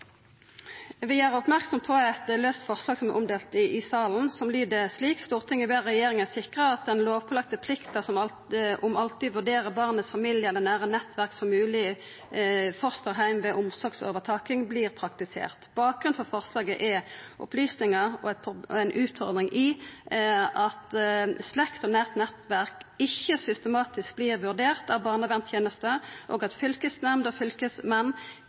Vi gjer oppmerksam på eit laust forslag som er omdelt i salen, som lyder slik: «Stortinget ber regjeringen følge opp at den forskriftspålagte plikta om alltid å vurdere barnets familie eller nære nettverk som mulig fosterheim ved omsorgsovertaking, blir praktisert.» Bakgrunnen for forslaget er opplysningar om og ei utfordring i at slekt og nært nettverk ikkje systematisk vert vurdert av barnevernstenesta, og at fylkesnemnder og fylkesmenn